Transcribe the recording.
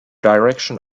direction